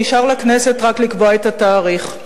נשאר לכנסת רק לקבוע את התאריך.